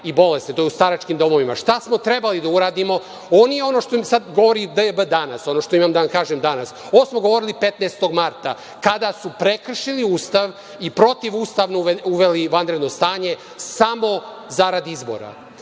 i bolesne. To je u staračkim domovima. Šta smo trebali da uradimo? Ovo nije ono što imam da vam kažem danas, ovo smo govorili 15. marta kada su prekršili Ustav i protiv Ustava uveli vanredno stanje, samo zarad izbora.